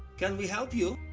can we help you?